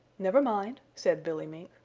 never mind, said billy mink.